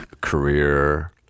career